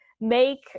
make